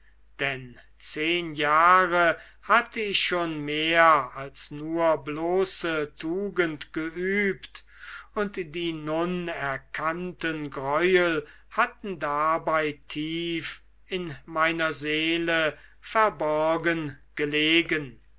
denn zehn jahre hatte ich schon mehr als nur bloße tugend geübt und die nun erkannten greuel hatten dabei tief in meiner seele verborgen gelegen